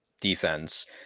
defense